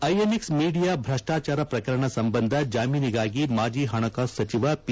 INX Media ಭ್ರಷ್ಷಾಚಾರ ಪ್ರಕರಣ ಸಂಬಂಧ ಜಾಮೀನಿಗಾಗಿ ಮಾಜಿ ಹಣಕಾಸು ಸಚಿವ ಪಿ